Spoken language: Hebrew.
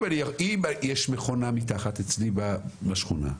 אם יש מכונה אצלי מתחת בשכונה,